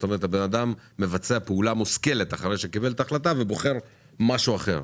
כלומר האדם מבצע פעולה מושכלת אחרי שקיבל החלטה ובוחר משהו אחר.